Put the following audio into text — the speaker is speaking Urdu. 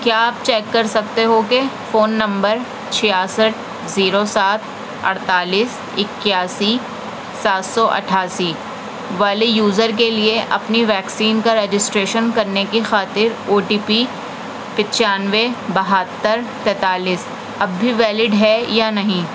کیا آپ چیک کر سکتے ہو کہ فون نمبر چھیاسٹھ زیرو سات اڑتالیس اکیاسی سات سو اٹھاسی والے یوزر کے لیے اپنی ویکسین کا رجسٹریشن کرنے کی خاطر او ٹی پی پچانوے بہتر تینتالیس اب بھی ویلڈ ہے یا نہیں